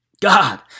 God